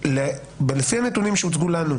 לפי הנתונים שהוצגו לנו,